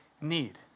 need